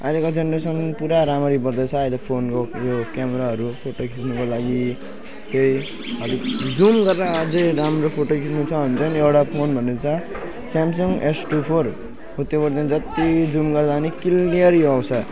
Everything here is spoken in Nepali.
अहिलेको जेनेरेसन पुरा राम्ररी बन्दैछ अहिले फोनको यो क्यामराहरू फोटो खिच्नुको लागि यहीहरू जुम गरेर अझै राम्रो फोटो खिच्नु छ भने चाहिँ एउटा फोन भन्नु छ स्यामसुङ एस टू फोर हो त्यो गर्दा पनि जत्ति जुम गर्दा पनि क्लियर यो आउँछ